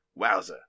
Wowza